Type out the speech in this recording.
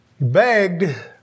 Begged